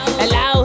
hello